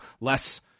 less